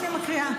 אני מקריאה.